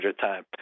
time